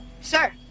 Sir